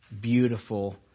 beautiful